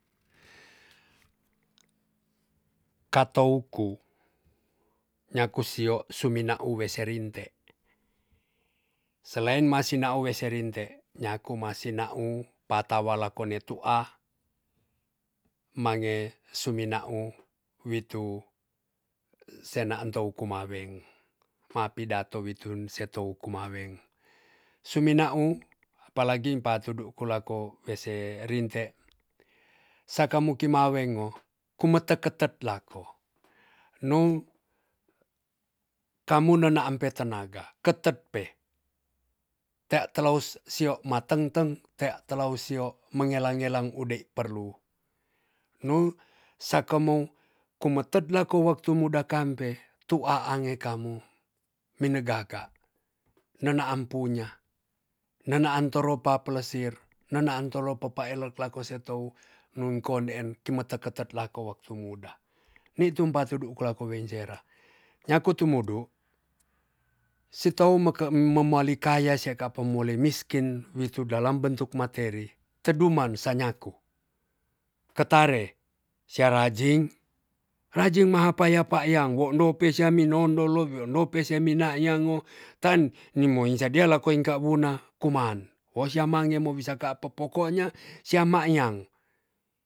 Katou ku nyaku sio su mina uwe serinte selain ma sina uwe serinte nyaku ma sinau pata wala kone tua mange sumi nau witu senaan tou kumaweng ma pidato witun setou kumaweng sumi nau apa lagi impa tudu ku lako we serinte saka mu kimaweng o kumete ketet lako nu kamu nenaam pe tenaga ketet pe tea teleos sio mateng teng tea teleus sio mengela ngelang u dei perlu nu saka mou kumetet lako waktu muda kampe tua ange kamu mine gaga nenaan punya nenaan toro pa pelesir nenaan tolo po pa elek lako setou nun ko ndeen kimete ketet lako waktu muda nitum pa tudu kolako wen cera nyaku tumudu sitou meke memoali kaya siaka pe mole miskin witu dalam bentuk materi tedu man sa nyaku ketare sia rajing rajing ma hapa yapa yang wondo pe sia mi nondol lo wi ondo pe sia mi nayang o tan ni moin sadia lako ingka wuna kuman wo sia ma ngemo wisa kapep pokonya sia mayang